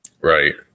Right